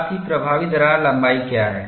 साथ ही प्रभावी दरार लंबाई क्या है